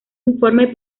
informe